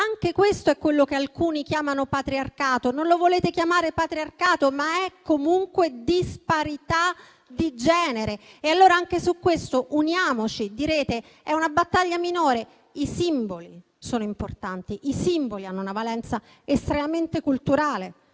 Anche questo è quello che alcuni chiamano patriarcato. Non lo volete chiamare patriarcato, ma è comunque disparità di genere. Allora anche su questo uniamoci. Direte che è una battaglia minore, ma i simboli sono importanti; i simboli hanno una valenza estremamente culturale